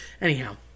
Anyhow